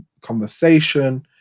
conversation